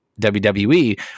wwe